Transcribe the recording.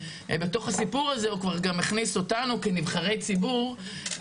בתוך הסיפור הזה הוא כבר גם הכניס אותנו כנבחרי ציבור,